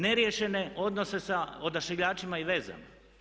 Neriješene odnose sa Odašiljačima i vezama.